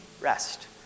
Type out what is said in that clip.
rest